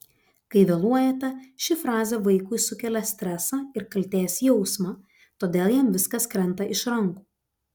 kai vėluojate ši frazė vaikui sukelia stresą ir kaltės jausmą todėl jam viskas krenta iš rankų